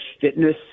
Fitness